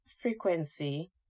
frequency